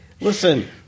Listen